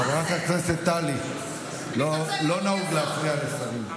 חברת הכנסת טלי גוטליב, לא נהוג להפריע לשרים.